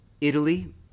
Italy